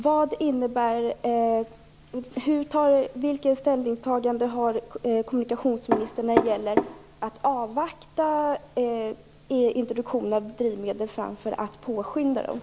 Vad har kommunikationsministern för inställning till att avvakta introduktionen av drivmedel i stället för att påskynda den?